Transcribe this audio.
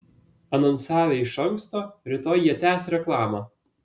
anonsavę iš anksto rytoj jie tęs reklamą